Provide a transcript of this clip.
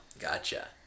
Gotcha